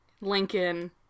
Lincoln